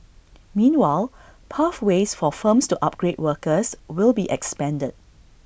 meanwhile pathways for firms to upgrade workers will be expanded